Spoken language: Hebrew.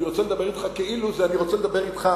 אני רוצה לדבר אתך כאילו, זה: אני רוצה לדבר אתך